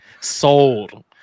sold